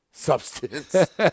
substance